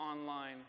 online